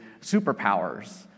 superpowers